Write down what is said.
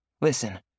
Listen